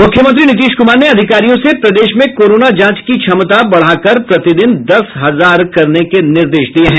मुख्यमंत्री नीतीश कुमार ने अधिकारियों से प्रदेश में कोरोना जांच की क्षमता बढ़ाकर प्रतिदिन दस हजार करने के निर्देश दिये हैं